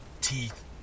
Teeth